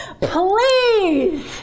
please